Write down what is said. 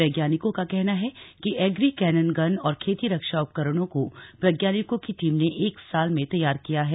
वैज्ञानिकों का कहना है कि एग्री कैनन गन और खेती रक्षा उपकरणों को वैज्ञानिकों की टीम ने एक साल में तैयार किया है